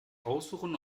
aussuchen